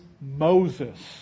Moses